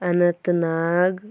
اننتہٕ ناگ